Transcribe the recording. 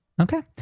Okay